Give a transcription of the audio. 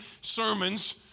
sermons